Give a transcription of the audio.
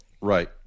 Right